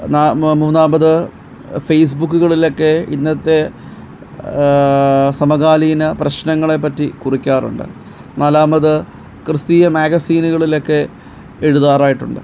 മൂന്നാമത് ഫേയ്സ്ബുക്കുകളിലൊക്കെ ഇന്നത്തെ സമകാലീന പ്രശ്നങ്ങളെപ്പറ്റി കുറിക്കാറുണ്ട് നാലാമത് ക്രിസ്തീയ മാഗസീനുകളിലൊക്കെ എഴുതാറായിട്ടുണ്ട്